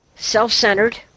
Self-centered